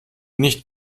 nicht